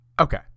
Okay